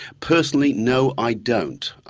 personally no i don't,